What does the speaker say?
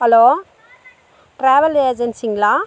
hello travel ஏஜென்சிங்களா